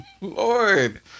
Lord